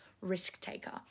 risk-taker